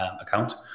account